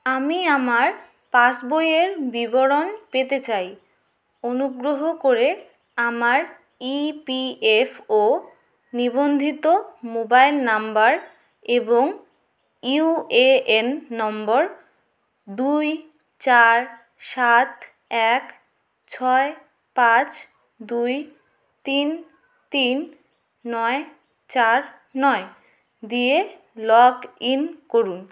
আমি আমার পাস বইয়ের বিবরণ পেতে চাই অনুগ্রহ করে আমার ইপিএফও নিবন্ধিত মোবাইল নাম্বার এবং ইউএএন নম্বর দুই চার সাত এক ছয় পাঁচ দুই তিন তিন নয় চার নয় দিয়ে লগইন করুন